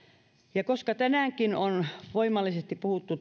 ja koska tänäänkin on voimallisesti puhuttu